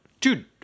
dude